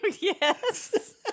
Yes